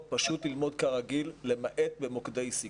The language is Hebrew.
פשוט ללמוד כרגיל למעט במוקדי סיכון.